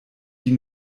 die